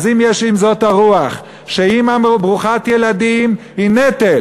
אם זאת הרוח, שאימא ברוכת ילדים היא נטל